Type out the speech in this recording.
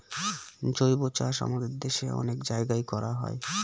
জৈবচাষ আমাদের দেশে অনেক জায়গায় করা হয়